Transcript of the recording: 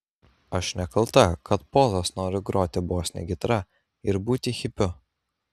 aš nekalta kad polas nori groti bosine gitara ir būti hipiu